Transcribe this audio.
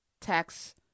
tax